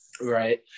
right